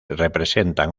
representan